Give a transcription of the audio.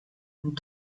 and